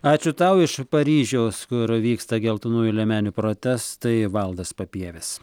ačiū tau iš paryžiaus kur vyksta geltonųjų liemenių protestai valdas papievis